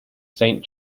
saint